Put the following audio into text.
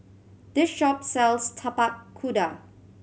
this shop sells Tapak Kuda